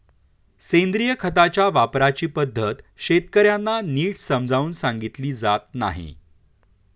सेंद्रिय खताच्या वापराची पद्धत शेतकर्यांना नीट समजावून सांगितली जात नाही